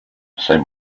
same